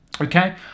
Okay